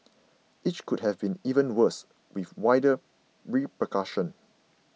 each could have been even worse with wider repercussions